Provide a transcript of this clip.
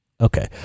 Okay